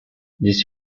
this